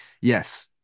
yes